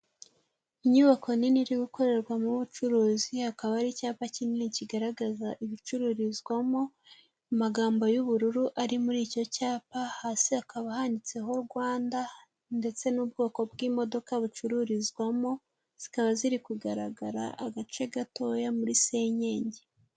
Inyubako nini iri gukorerwamo ubucuruzi, hakaba hari icyapa kinini kigaragaza ibicururizwamo, amagambo y'ubururu ari muri icyo cyapa, hasi hakaba handitseho Rwanda ndetse n'ubwoko bw'imodoka bucururizwamo zikaba ziri kugaragara agace gatoya muri senyenge.